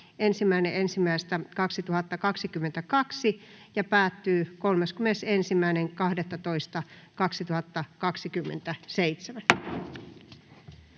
1.1.2022 ja päättyy 31.12.2027.